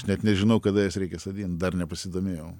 net nežinau kada jas reikia sodint dar nepasidomėjau